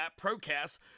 ProCast